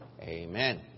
Amen